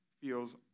feels